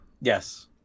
Yes